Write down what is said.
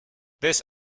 this